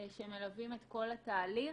שמלווים את כל התהליך,